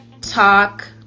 Talk